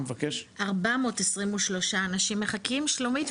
423 אנשים מחכים שלומית,